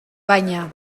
baina